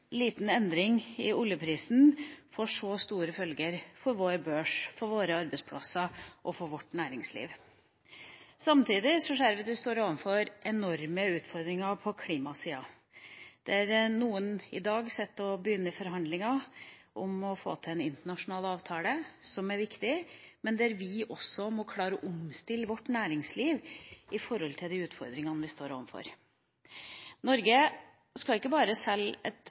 liten endring i oljeprisen får så store følger for vår børs, for våre arbeidsplasser og for vårt næringsliv. Samtidig ser vi at vi står overfor enorme utfordringer på klimasida, der noen i dag setter seg ned og begynner forhandlinger om å få til en internasjonal avtale, som er viktig, men der vi også må klare å omstille vårt næringsliv i forhold til de utfordringene vi står overfor. Norge skal ikke bare snu om fra å være avhengig av å selge et